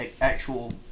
actual